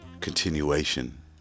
continuation